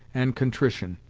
and contrition.